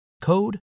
code